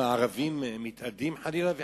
מה, ערבים מתאדים חלילה וחס?